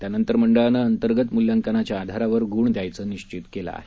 त्यानंतर मंडळानं अंतर्गत मूल्यांकनाच्या आधारावर गुण द्यायचं निश्वित केलं आहे